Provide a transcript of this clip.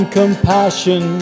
compassion